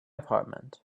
apartment